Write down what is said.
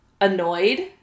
annoyed